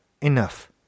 enough